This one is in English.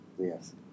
yes